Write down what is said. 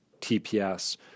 TPS